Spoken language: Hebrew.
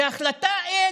והחלטה אין.